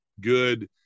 good